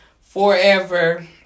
forever